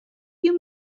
you